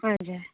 हजुर